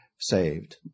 saved